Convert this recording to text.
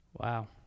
Wow